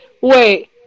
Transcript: Wait